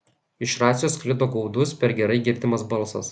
iš racijos sklido gaudus per gerai girdimas balsas